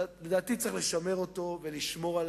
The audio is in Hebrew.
לדעתי, צריך לשמר ולשמור,